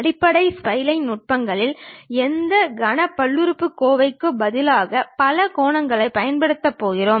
அடிப்படை ஸ்ப்லைன் நுட்பங்களில் எந்த கன பல்லுறுப்புக்கோவைகளுக்கு பதிலாக பலகோணங்களைப் பயன்படுத்தப் போகிறோம்